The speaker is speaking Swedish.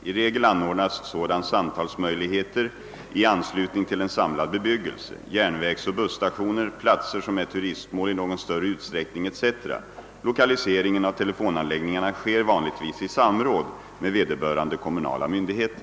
I regel anordnas sådana samtalsmöjligheter i anslutning till en samlad bebyggelse, järnvägsoch busstationer, platser som är turistmål i någon större utsträckning etc. Lokaliseringen av telefonanläggningarna sker vanligtvis i samråd med vederbörande kommunala myndigheter.